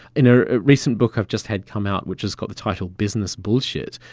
in a recent book i've just had come out which has got the title business bullshit,